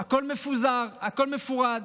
הכול מפוזר, הכול מפורד.